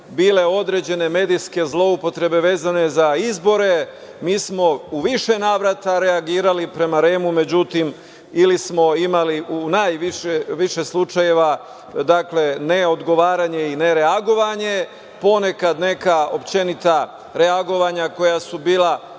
bile određene medijske zloupotrebe vezane za izbore. Mi smo u više navrata reagovali prema REM-u. Međutim, ili smo imali u najviše slučajeva neodgovaranje i nereagovanje, ponekad neka općenita reagovanja koja su bila